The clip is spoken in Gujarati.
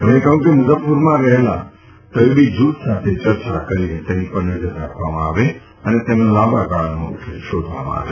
તેમણે કહ્યું કે મુઝફફરપુરમાં રહેલા તબીબી જૂથ સાથે ચર્ચા કરીને તેની પર નજર રાખવામાં આવે અને તેનો લાંબાગાળાનો ઉકેલ શોધવામાં આવે